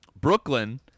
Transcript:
Brooklyn